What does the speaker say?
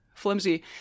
flimsy